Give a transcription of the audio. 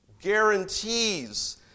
Guarantees